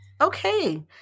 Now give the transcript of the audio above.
Okay